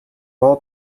all